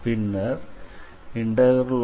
பின்னர் SF